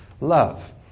love